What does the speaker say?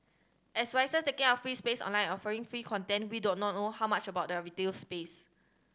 as writers taking up free space online offering free content we do not know or how much about their retail space